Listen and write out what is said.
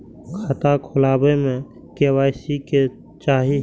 खाता खोला बे में के.वाई.सी के चाहि?